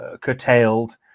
curtailed